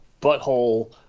butthole